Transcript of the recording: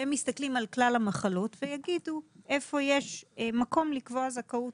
הם מסתכלים על כלל המחלות ויגידו איפה יש מקום לקבוע זכאות.